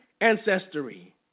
ancestry